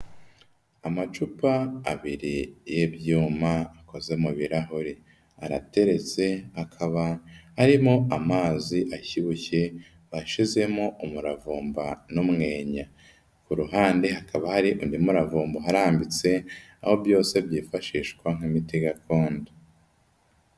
Amacupa abiri y'ibyuma akoze mu birahure arateretse akaba arimo amazi ashyushye bashyizemo umuravumba n'umwenya, ku ruhande hakaba hari undi muravumba uharambitse aho byose byifashishwa nk'umuti gakondo.